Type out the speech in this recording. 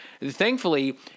Thankfully